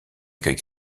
accueil